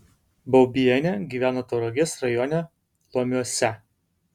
baubienė gyveno tauragės rajone lomiuose